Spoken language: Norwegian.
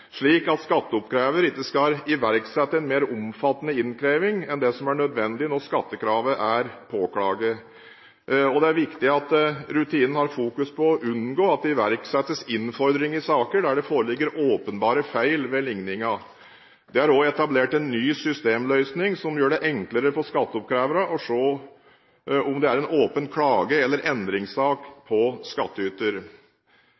slik at skatteoppkrever ikke skal iverksette en mer omfattende innkreving enn det som er nødvendig når skattekravet er påklaget. Det er viktig at rutinen har fokus på å unngå at det iverksettes innfordring i saker der det foreligger åpenbare feil ved ligningen. Det er også etablert en ny systemløsning som gjør det enklere for skatteoppkreverne å se om det er en åpen klage- eller